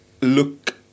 look